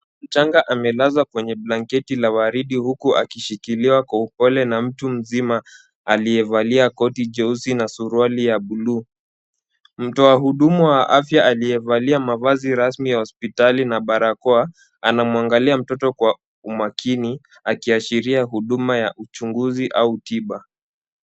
Mtoto mchanga amelazwa kwenye la waridi huku akishikiliwa kwa upole na mtu mzima aliyevalia koti jeusi na suruali ya buluu. Mtu wahudumu wa afya aliyevalia mavazi rasmi hospitali na barakoa anamwangalia mtoto kwa umakini akiashiria huduma ya uchunguzi au tiba.